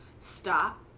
stop